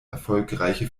erfolgreiche